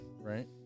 Right